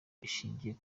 ishingiye